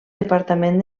departament